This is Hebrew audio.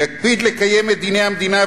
יקפיד לקיים את דיני המדינה,